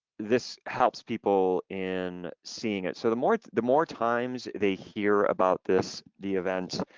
this helps people in seeing it. so the more the more times they hear about this, the events,